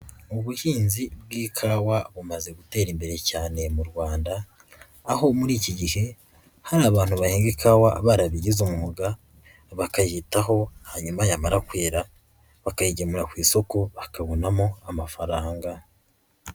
Ubuhinzi bw'ikawa bumaze gutera imbere cyane mu Rwanda, aho muri iki gihe hari abantu bahinga ikawa barabigize umwuga bakayitaho hanyuma yamara kwera bakayigemura ku isoko bakabonamo amafaranga.